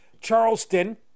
Charleston